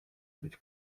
być